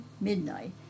midnight